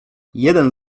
jeden